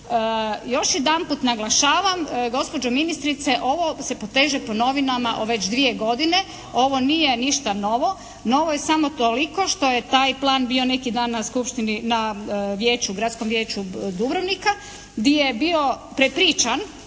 Još jedanput naglašavam gospođo ministrice, ovo se poteže po novinama već dvije godine, ovo nije ništa novo, no ovo je samo toliko što je taj plan bio neki dan na skupštini, na vijeću, gradskom vijeću Dubrovnika gdje je bio prepričan,